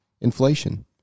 Inflation